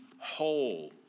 whole